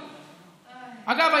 אגב,